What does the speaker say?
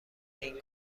این